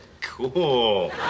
Cool